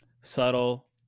subtle